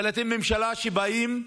אבל אתם ממשלה שבאים,